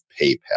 PayPal